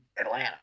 Atlanta